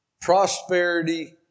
prosperity